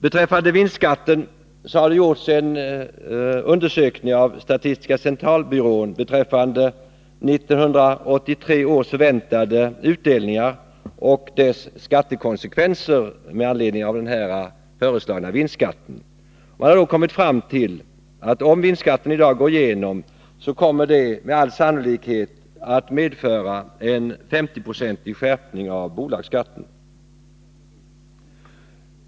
Beträffande vinstskatten har det gjorts en undersökning av statistiska centralbyrån om 1983 års förväntade utdelningar och deras skattekonsekvenser med anledning av den föreslagna vinstskatten. Man har då kommit fram till att om vinstskatten i dag går igenom kommer det med all sannolikhet att medföra en 50-procentig skärpning av bolagsskatten.